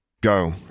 Go